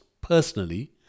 personally